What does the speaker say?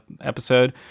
episode